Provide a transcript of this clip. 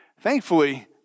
Thankfully